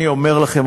אני אומר לכם,